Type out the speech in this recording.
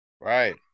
Right